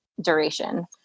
duration